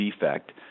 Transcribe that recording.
defect